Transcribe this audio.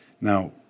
Now